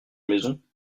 maison